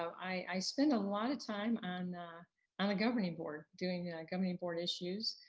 i spent a lot of time on and the governing board, doing the governing board issues.